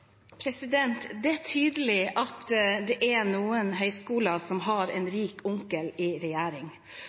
Det er tydelig at det er noen høyskoler som har en rik onkel i regjering.